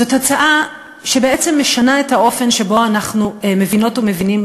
זו הצעה שבעצם משנה את האופן שבו אנחנו מבינות ומבינים,